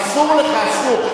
אסור לך, אסור.